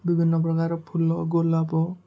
ବିଭିନ୍ନ ପ୍ରକାର ଫୁଲ ଗୋଲାପ